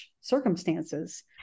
circumstances